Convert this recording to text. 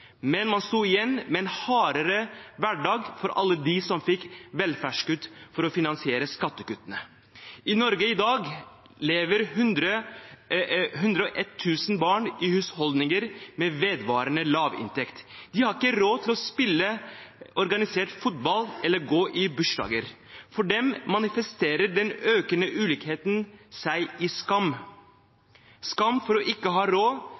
man sto igjen med en hardere hverdag for alle dem som fikk velferdskutt for å finansiere skattekuttene. I Norge i dag lever 101 000 barn i husholdninger med vedvarende lav inntekt. De har ikke råd til å spille organisert fotball eller gå i bursdager. For dem manifesterer den økende ulikheten seg i skam – skam for ikke å ha råd